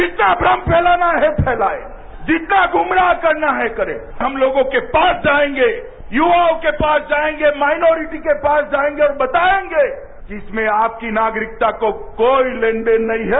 जितना भ्रम फैलाना है फैलाए जितना गुमराहकरना है करें हम लोगों के पास जाएंगे युवाओं के पास जाएंगे माइनोरिट के पास जाएंगेऔर बताएंगे कि इसमें आपकी नागरिकता को कोई लेन देन नहीं है